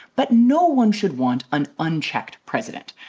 but no one should want an unchecked president.